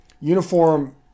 uniform